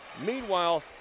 Meanwhile